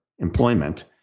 employment